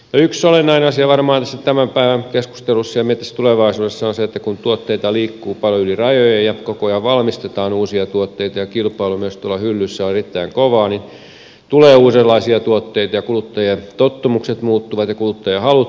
yksi olennainen asia varmaan tässä tämän päivän keskustelussa ja myös tulevaisuudessa on se että kun tuotteita liikkuu paljon yli rajojen ja koko ajan valmistetaan uusia tuotteita ja kilpailu myös tuolla hyllyissä on erittäin kovaa niin tulee uudenlaisia tuotteita ja kuluttajatottumukset muuttuvat ja kuluttajahalut muuttuvat